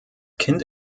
kind